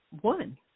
one